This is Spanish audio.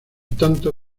tanto